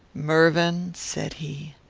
mervyn, said he,